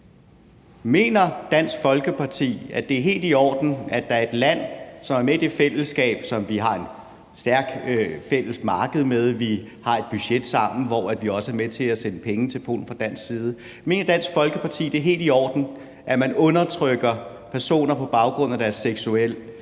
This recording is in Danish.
Mener Dansk Folkeparti, at det er helt i orden, at der er et land, Polen, som er med i det fællesskab, som vi har et stærkt fælles marked med, som vi har et budget sammen med, og hvor vi også er med til at sende penge til Polen fra dansk side, der undertrykker personer på baggrund af deres seksuelle